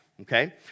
okay